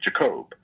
Jacob